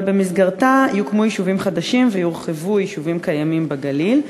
במסגרתה יוקמו יישובים חדשים ויורחבו יישובים קיימים בגליל,